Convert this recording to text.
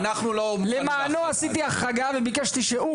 למענו עשיתי החרגה וביקשתי שהוא או